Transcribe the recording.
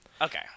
okay